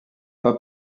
pas